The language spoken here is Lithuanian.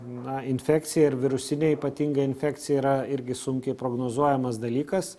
na infekcija ir virusinė ypatingai infekcija yra irgi sunkiai prognozuojamas dalykas